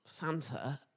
Fanta